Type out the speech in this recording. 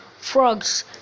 frogs